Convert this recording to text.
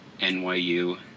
NYU